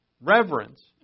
reverence